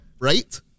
Right